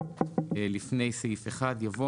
לפני סעיף 1 יבוא,